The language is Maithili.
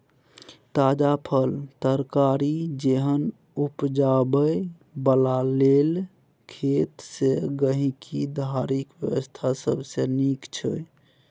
ताजा फल, तरकारी जेहन उपजाबै बला लेल खेत सँ गहिंकी धरिक व्यवस्था सबसे नीक छै